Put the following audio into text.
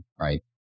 right